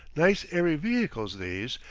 nice airy vehicles these,